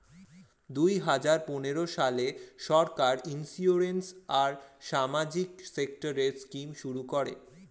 দুই হাজার পনেরো সালে সরকার ইন্সিওরেন্স আর সামাজিক সেক্টরের স্কিম শুরু করে